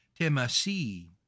temasi